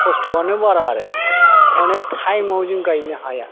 खस्थ'आनो बारा आरो मानि टाइमाव जों गायनो हाया